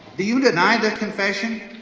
do you deny this confession?